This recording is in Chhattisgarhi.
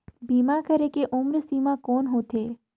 बीमा करे के उम्र सीमा कौन होथे?